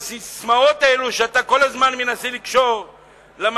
ובססמאות האלה שאתה כל הזמן מנסה לקשור למשא-ומתן,